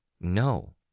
No